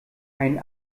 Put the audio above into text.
ein